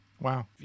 Wow